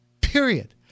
Period